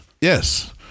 yes